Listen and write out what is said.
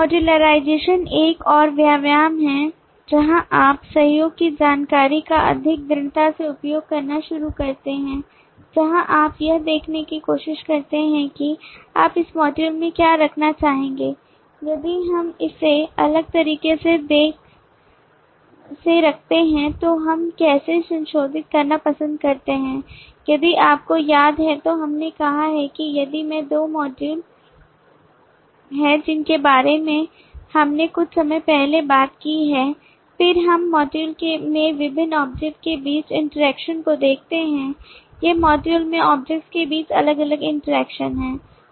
modularisation एक और व्यायाम है जहाँ आप सहयोग की जानकारी का अधिक दृढ़ता से उपयोग करना शुरू करते हैं जहाँ आप यह देखने की कोशिश करते हैं कि आप एक मॉडल में क्या रखना चाहेंगे यदि हम इसे अलग तरीके से रखते हैं तो हम कैसे संशोधित करना पसंद करते हैं यदि आपको याद है तो हमने कहा है कि यदि मैं दो मॉड्यूल हैं जिनके बारे में हमने कुछ समय पहले बात की है फिर हम मॉड्यूल में विभिन्न ऑब्जेक्ट्स के बीच इंटरैक्शन को देखते हैं ये मॉड्यूल में ऑब्जेक्ट्स के बीच अलग अलग इंटरैक्शन हैं